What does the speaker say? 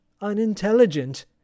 unintelligent